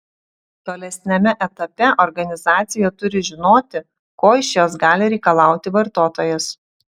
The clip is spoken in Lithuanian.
tolesniame etape organizacija turi žinoti ko iš jos gali reikalauti vartotojas